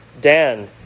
Dan